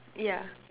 yeah